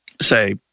say